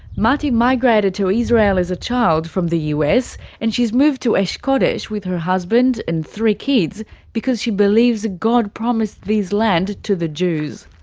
mati migrated to israel as a child from the us and she's moved to esh kodesh with her husband and three kids because she believes god promised this land to the jews.